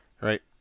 right